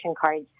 cards